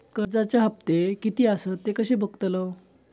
कर्जच्या हप्ते किती आसत ते कसे बगतलव?